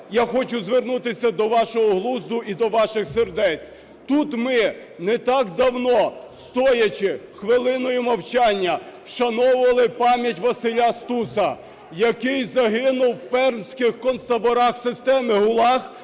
Я хочу звернутися до вашого глузду і до ваших сердець. Тут ми не так давно, стоячи хвилиною мовчання, вшановували пам'ять Василя Стуса, який загинув в пермських концтаборах системи ГУЛАГ